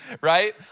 right